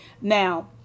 Now